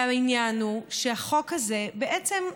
והעניין הוא שהחוק הזה, בעצם,